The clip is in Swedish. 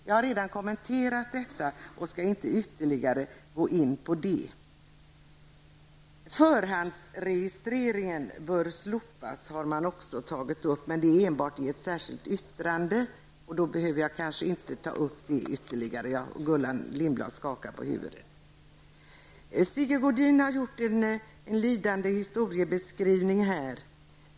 Jag har redan kommenterat detta och skall inte ytterligare gå in på det. Man har även tagit upp att man bör slopa förhandsregistreringen, men enbart i ett särskilt yttrande. Då behöver jag kanske inte ta upp det ytterligare. Sigge Godin har gjort en lidande historiebeskrivning här.